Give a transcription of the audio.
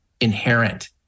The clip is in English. inherent